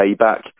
payback